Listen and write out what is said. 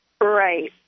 Right